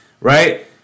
right